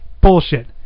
Bullshit